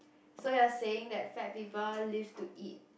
so you're saying that fat people live to eat